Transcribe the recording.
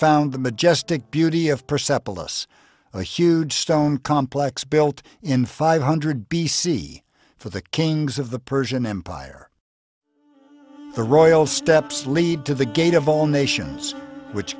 found the majestic beauty of persepolis a huge stone complex built in five hundred b c for the kings of the persian empire the royal steps lead to the gate of all nations which